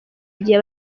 igihe